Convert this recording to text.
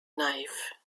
knife